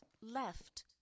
Left